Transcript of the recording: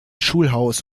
schulhaus